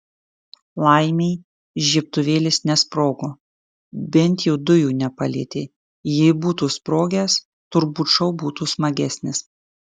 laimei žiebtuvėlis nesprogo bent jau dujų nepalietė jei būtų sprogęs turbūt šou būtų smagesnis